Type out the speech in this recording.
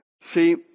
See